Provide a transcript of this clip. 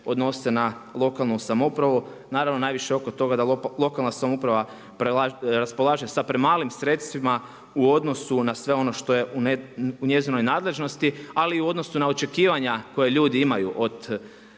odnose na lokalnu samoupravu. Naravno, najviše oko toga da lokalna samouprava raspolaže sa premalim sredstvima u odnosu na sve ono što je u njezinoj nadležnosti ali i u odnosu na očekivanja koja ljudi imaju od